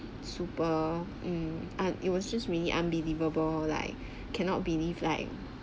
super um and it was just really unbelievable like cannot believe like